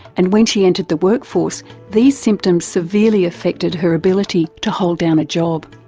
and when she entered the workforce these symptoms severely affected her ability to hold down a job.